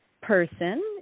person